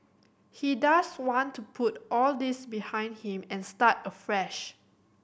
he does want to put all this behind him and start afresh